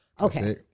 Okay